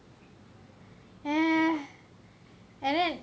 ya and then